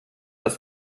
das